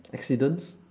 accidents